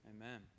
amen